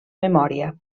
memòria